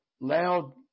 loud